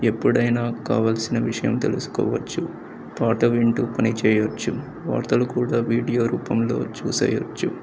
ఎప్పుడైనా కావాల్సిన విషయం తెలుసుకోవచ్చు పాట వింటూ పనిచేయవచ్చు వార్తలు కూడా వీడియో రూపంలో చూసేయవచ్చు